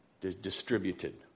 distributed